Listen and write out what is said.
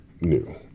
new